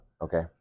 Okay